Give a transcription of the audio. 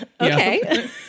Okay